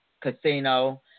Casino